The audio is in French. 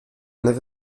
neuf